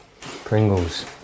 Pringles